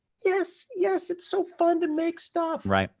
yes, yes, it's so fun to make stuff. right,